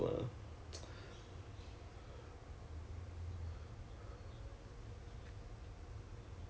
我不懂 leh so basically 有有 I think a few of them has been asked to take no pay leave indefinitely lor